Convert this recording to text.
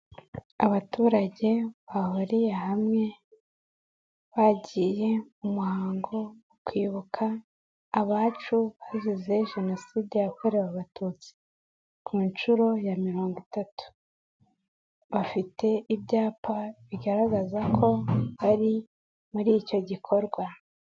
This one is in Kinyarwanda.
Abaturage bahuriye hamwe bagiye mu muhango wo kwibuka abacu bazize jenoside yakorewe abatutsi ku nshuro ya mirongo itatu. Bafite ibyapa bigaragaza ko bari muri icyo gikorwa.